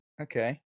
Okay